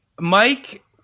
Mike